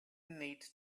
need